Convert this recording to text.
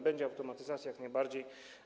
Będzie automatyzacja, jak najbardziej.